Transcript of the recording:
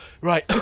right